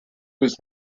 was